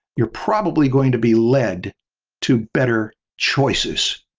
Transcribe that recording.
you're probably going to be led to better choices.